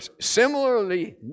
similarly